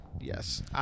Yes